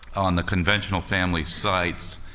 on the conventional family sites,